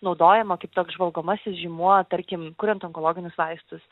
naudojama kaip toks žvalgomasis žymuo tarkim kuriant onkologinius vaistus